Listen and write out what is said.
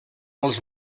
als